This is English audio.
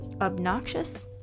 Obnoxious